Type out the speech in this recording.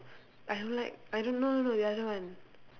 I don't like I don't no no no the other one